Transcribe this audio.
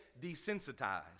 desensitized